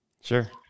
Sure